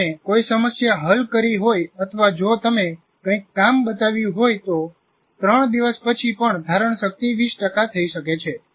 જો તમે કોઈ સમસ્યા હલ કરી હોય અથવા જો તમે કંઈક કામ બતાવ્યું હોય તો 3 દિવસ પછી પણ ધારણશક્તિ 20 થઈ શકે છે